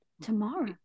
tomorrow